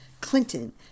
Clinton